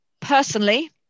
Personally